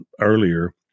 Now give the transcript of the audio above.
earlier